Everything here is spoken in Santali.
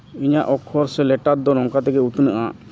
ᱤᱧᱟᱹᱜ ᱚᱠᱠᱷᱚᱨ ᱥᱮ ᱞᱮᱴᱟᱨ ᱫᱚ ᱱᱚᱝᱠᱟ ᱛᱮᱜᱮ ᱩᱛᱱᱟᱹᱜᱼᱟ